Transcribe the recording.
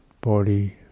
body